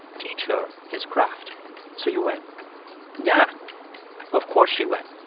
teach her his craft so you went yeah of course she went.